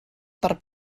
per